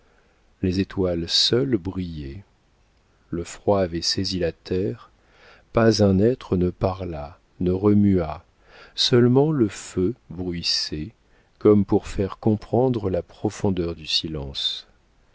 les étoiles seules brillaient le froid avait saisi la terre pas un être ne parla ne remua seulement le feu bruissait comme pour faire comprendre la profondeur du silence